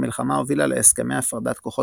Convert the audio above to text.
המלחמה הובילה להסכמי הפרדת כוחות